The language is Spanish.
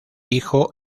hijo